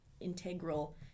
integral